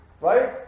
Right